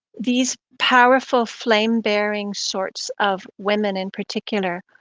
these powerful flame bearing sorts of women in particular